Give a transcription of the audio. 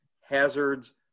hazards